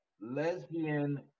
lesbian